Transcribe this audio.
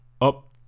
up